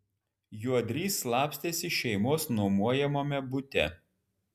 juodrys slapstėsi šeimos nuomojamame bute